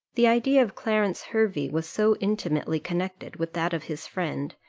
the idea of clarence hervey was so intimately connected with that of his friend,